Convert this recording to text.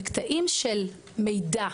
בקטעים של מידע,